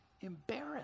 embarrassed